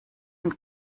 und